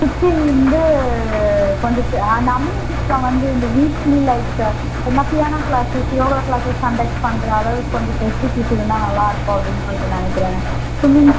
kitchen வந்து கொஞ்சம் சி அந்த அமினிட்டீஸ் வந்து இந்த வீக்லி லைக்கு என்ன piano classes yoga classes conduct பண்ணுற அளவுக்கு கொஞ்சம் ஃபெசிலிட்டிஸ் இருந்தால் நல்லா இருக்கும் அப்படின்னு சொல்லிட்டு நினைக்கிறேன் சும்மிங்